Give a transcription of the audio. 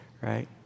right